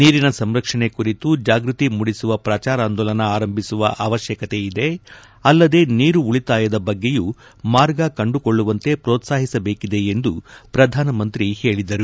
ನೀರಿನ ಸಂರಕ್ಷಣೆ ಕುರಿತು ಜಾಗೃತಿ ಮೂಡಿಸುವ ಪ್ರಚಾರಾಂದೋಲನ ಆರಂಭಿಸುವ ಅವತ್ಶಕತೆಯಿದೆ ಅಲ್ಲದೆ ನೀರು ಉಳಿತಾಯದ ಬಗ್ಗೆಯೂ ಮಾರ್ಗ ಕಂಡುಕೊಳ್ಳುವಂತೆ ಪ್ರೋತ್ಪಾಹಿಸಬೇಕಿದೆ ಎಂದು ಪ್ರಧಾನಿ ಹೇಳಿದರು